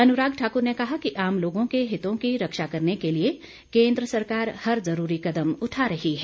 अनुराग ठाकुर ने कहा कि आम लोगों के हितों की रक्षा करने के लिए केन्द्र सरकार हर जुरूरी कदम उठा रही है